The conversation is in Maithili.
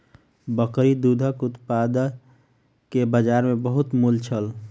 बकरी दूधक उत्पाद के बजार में बहुत मूल्य छल